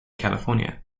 california